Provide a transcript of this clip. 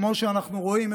כמו שאנחנו רואים,